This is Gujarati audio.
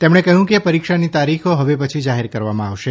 તેમણે કહ્યું કે પરીક્ષાની તારીખો હવે પછી જાહેર કરવામાં આવશે